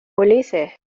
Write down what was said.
ulises